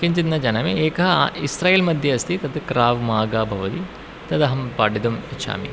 किञ्चित् न जानामि एकः इस्रैल् मध्ये अस्ति तत् क्राव् मार्गः भवति तदहं पाठितुम् इच्छामि